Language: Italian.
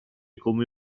come